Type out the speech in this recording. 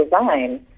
design